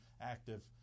active